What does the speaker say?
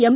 M